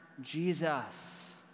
Jesus